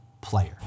player